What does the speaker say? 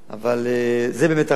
זה באמת הרציונל,